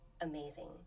amazing